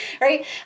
right